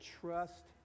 trust